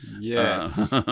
Yes